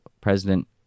President